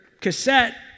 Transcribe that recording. cassette